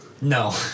No